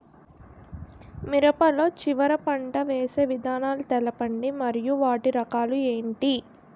మిరప లో చివర పంట వేసి విధానాలను తెలపండి మరియు వాటి రకాలు ఏంటి